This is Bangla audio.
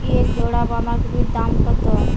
এক জোড়া বাঁধাকপির দাম কত?